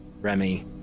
Remy